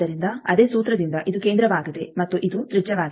ಆದ್ದರಿಂದ ಅದೇ ಸೂತ್ರದಿಂದ ಇದು ಕೇಂದ್ರವಾಗಿದೆ ಮತ್ತು ಇದು ತ್ರಿಜ್ಯವಾಗಿದೆ